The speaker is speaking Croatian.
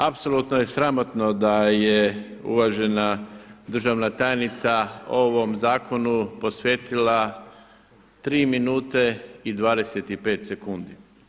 Apsolutno je sramotno da je uvažena državna tajnica ovom zakonu posvetila tri minute i 25 sekundi.